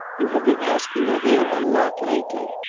you have been asking her here a lot lately.